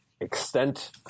extent